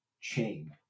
chain